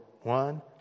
one